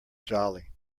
jolly